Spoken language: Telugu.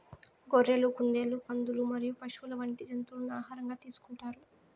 గొర్రెలు, కుందేళ్లు, పందులు మరియు పశువులు వంటి జంతువులను ఆహారంగా తీసుకుంటారు